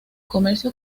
comercio